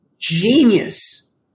genius